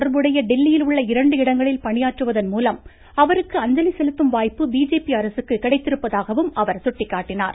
தொடர்புடைய டெல்லியில் உள்ள இரண்டு அம்பேத்கராடு இடங்களில் பணியாற்றுவதன் மூலம் அவருக்கு அஞ்சலி செலுத்தும் வாய்ப்பு பிஜேபி அரசுக்கு கிடைத்திருப்பதாகவும் அவர் சுட்டிக்காட்டினார்